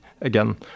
again